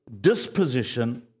disposition